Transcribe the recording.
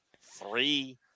Three